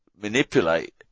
manipulate